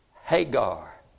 Hagar